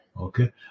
Okay